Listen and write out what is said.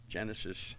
Genesis